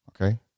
Okay